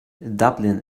dublin